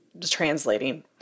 translating